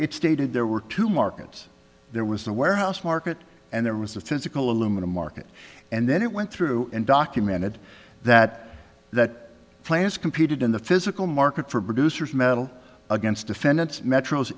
it stated there were two markets there was a warehouse market and there was a physical aluminum market and then it went through and documented that that players competed in the physical market for producers metal against defendants metro's